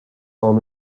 told